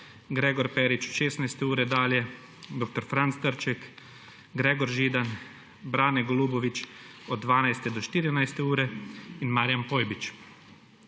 Gregor Perič od 16. ure dalje, dr. Franc Trček, Gregor Židan, Brane Golubović od 12. do 14. ure in Marijan Pojbič.